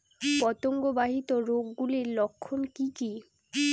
পতঙ্গ বাহিত রোগ গুলির লক্ষণ কি কি?